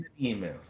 email